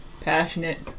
Passionate